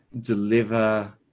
deliver